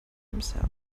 himself